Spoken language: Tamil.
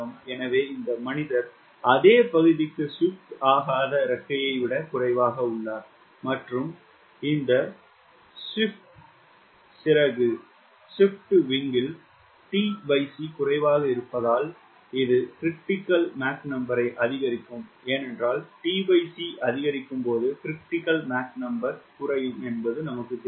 எனவே இந்த மனிதர் அதே பகுதிக்கு ஸ்வீப்ட் ஆகாத இறக்கையை விட குறைவாக உள்ளார் மற்றும் இந்த ஸ்வீப்ட் சிறகு ல் tc குறைவாக இருப்பதால் இது 𝑀CR ஐ அதிகரிக்கும் ஏனென்றால் tc அதிகரிக்கும் போது 𝑀CR குறையும் என்பது நமக்குத் தெரியும்